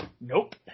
Nope